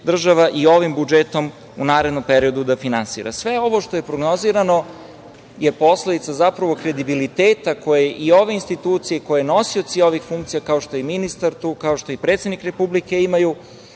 država i ovim budžetom u narednom periodu da finansira. Sve ovo što je prognozirano je posledica zapravo kredibiliteta koje i ove institucije, koje nosioci ovih funkcija, kao što je i ministar tu, kao što i predsednik Republike imaju,